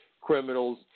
criminals